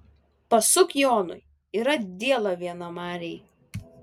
pasuk jonui yra diela viena marėj